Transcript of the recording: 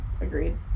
agreed